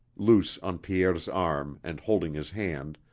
luce on pierre's arm and holding his hand,